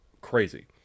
crazy